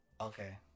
Okay